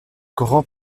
grand